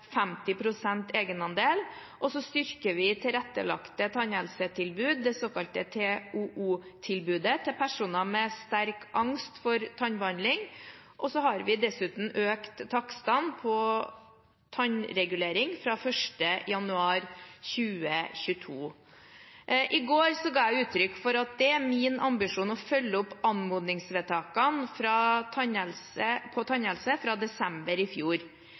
egenandel, og vi styrker det tilrettelagte tannhelsetilbudet, det såkalte TOO-tilbudet, til personer med sterk angst for tannbehandling. Dessuten har vi økt takstene på tannregulering fra 1. januar 2022. I går ga jeg uttrykk for at det er min ambisjon å følge opp anmodningsvedtakene på tannhelse fra desember i fjor.